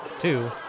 Two